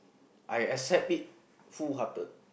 I accept it full hearted